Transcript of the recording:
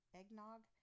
eggnog